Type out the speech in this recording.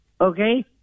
Okay